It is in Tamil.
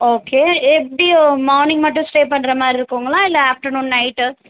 ஓகே எப்படி மார்னிங் மட்டும் ஸ்டே பண்ணுற மாதிரி இருக்குங்களா இல்ல ஆஃப்டர்நூன் நைட்டு